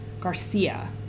Garcia